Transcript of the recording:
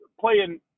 playing –